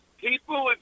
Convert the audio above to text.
People